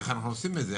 איך אנחנו עושים את זה?